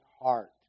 heart